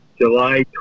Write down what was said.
July